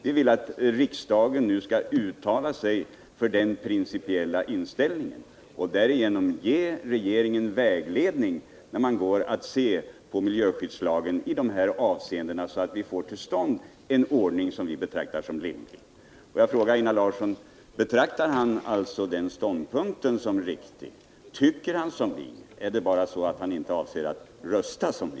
Vi vill att riksdagen nu skall uttala sig för den principiella inställningen och därigenom ge regeringen vägledning när den går att se över miljöskyddslagen i dessa avseenden, så att vi får till stånd en ordning som vi betraktar som rimlig. Jag vill fråga Einar Larsson om han betraktar den ståndpunkten som riktig, om han alltså tycker som vi. Är det bara så att han inte avser att rösta som vi?